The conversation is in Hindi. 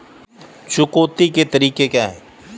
चुकौती के तरीके क्या हैं?